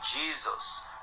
jesus